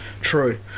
True